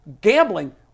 gambling